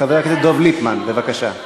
חבר הכנסת דב ליפמן, בבקשה.